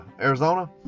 Arizona